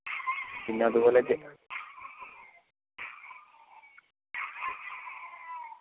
പിന്നെ അതുപോലെ തന്നെ